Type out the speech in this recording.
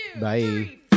Bye